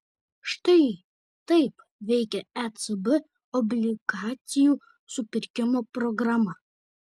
štai taip veikia ecb obligacijų supirkimo programa